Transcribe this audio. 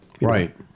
Right